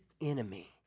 enemy